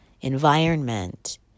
environment